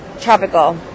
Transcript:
Tropical